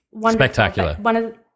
Spectacular